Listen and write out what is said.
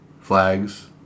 flags